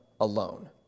alone